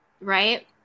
right